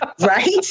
right